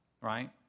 right